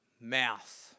mouth